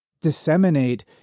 disseminate